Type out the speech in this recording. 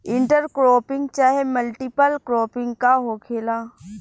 Inter cropping चाहे multiple cropping का होखेला?